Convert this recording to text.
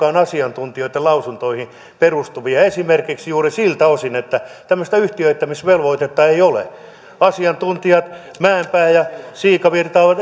ovat asiantuntijoiden lausuntoihin perustuvia esimerkiksi juuri siltä osin että tämmöistä yhtiöittämisvelvoitetta ei ole asiantuntijat mäenpää ja siikavirta ovat